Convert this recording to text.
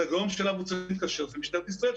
--- צריכים להתקשר למשטרת ישראל,